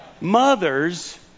Mothers